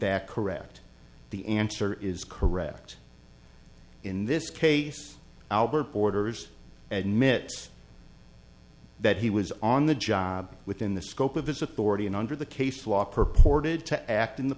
that correct the answer is correct in this case albert borders at mit's that he was on the job within the scope of his authority and under the case law purported to act in the